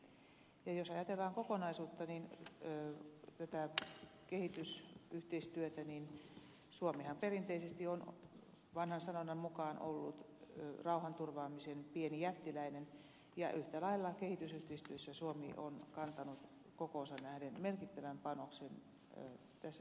ja jos ajatellaan kokonaisuutta tätä kehitysyhteistyötä niin suomihan perinteisesti on vanhan sanonnan mukaan ollut rauhanturvaamisen pieni jättiläinen ja yhtälailla kehitysyhteistyössä suomi on kantanut kokoonsa nähden merkittävän panoksen tässä työssä